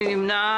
מי נמנע?